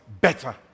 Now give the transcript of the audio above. better